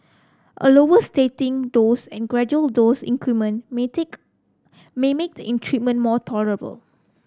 a lower starting dose and gradual dose increment may take may make the treatment more tolerable